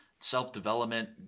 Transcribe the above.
self-development